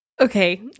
Okay